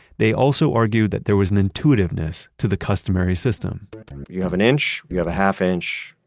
they also argued that there was an intuitiveness to the customary system you have an inch, you have a half-inch,